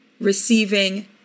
receiving